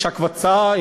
יש הקבצה,